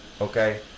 Okay